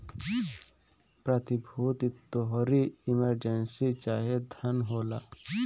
प्रतिभूति तोहारी इमर्जेंसी चाहे धन होला